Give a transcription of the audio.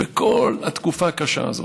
בכל התקופה הקשה הזאת.